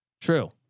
True